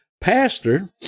pastor